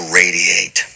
radiate